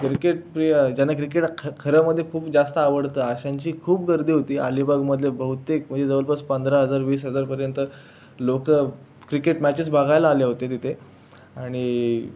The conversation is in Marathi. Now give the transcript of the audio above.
क्रिकेट प्रिय ज्यांना क्रिकेट ख खऱ्यामध्ये खूप जास्त आवडतं अशांची खूप गर्दी होती अलिबागमधल्या बहुतेक म्हणजे जवळपास पंधरा हजार वीस हजारपर्यंत लोकं क्रिकेट मॅचेस बघायला आले होते तिथे आणि